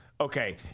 okay